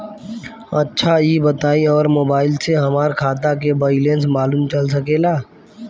अच्छा ई बताईं और मोबाइल से हमार खाता के बइलेंस मालूम चल सकेला?